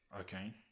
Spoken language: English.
Okay